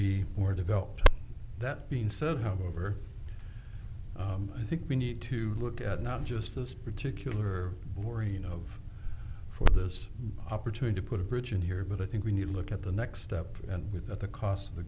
be more developed that being said however i think we need to look at not just this particular lorien of for this opportunity to put a bridge in here but i think when you look at the next step and with the cost of the